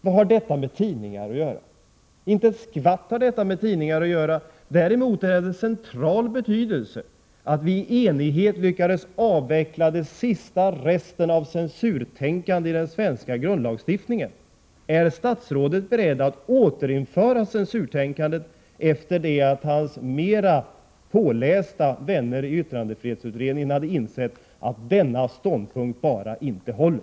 Vad har detta med tidningar att göra? Inte ett skvatt! Däremot är det av central betydelse att vi i enighet lyckats avveckla den sista resten av censurtänkande i den svenska grundlagstiftningen. Är statsrådet beredd att återinföra censurtänkandet, efter det att hans mer pålästa vänner i yttrandefrihetsutredningen insett att denna ståndpunkt bara inte håller?